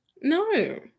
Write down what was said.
No